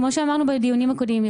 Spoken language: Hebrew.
כמו שאמרנו בדיונים הקודמים,